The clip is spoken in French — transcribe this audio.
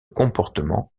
comportement